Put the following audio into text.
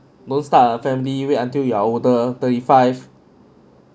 don't start a family wait until you're older thirty five